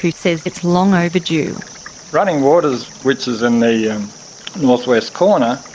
who say it's long overdue. running waters, which is in the northwest corner,